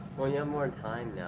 more yeah more time now.